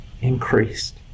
increased